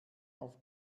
auf